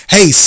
Hey